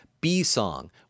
B-song